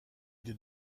did